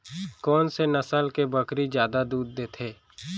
कोन से नस्ल के बकरी जादा दूध देथे